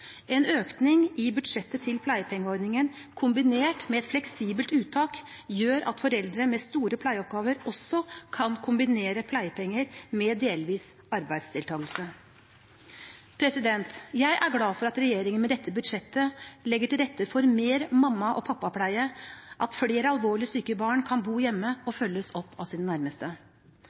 En økning i budsjettet til pleiepengeordningen, kombinert med et fleksibelt uttak, gjør at foreldre med store pleieoppgaver også kan kombinere pleiepenger med delvis arbeidsdeltakelse. Jeg er glad for at regjeringen med dette budsjettet legger til rette for mer mamma- og pappapleie, at flere alvorlig syke barn kan bo hjemme og følges opp av sine nærmeste.